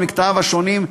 על מקטעיו השונים,